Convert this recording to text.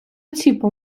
ціпом